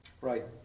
right